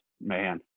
man